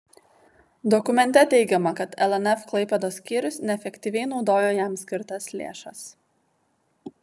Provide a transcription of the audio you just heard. dokumente teigiama kad lnf klaipėdos skyrius neefektyviai naudojo jam skirtas lėšas